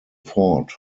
fort